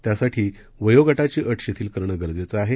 त्यासाठी वयोगटाची अट शिथिल करणं गरजेचं आहे